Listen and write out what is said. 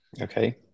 Okay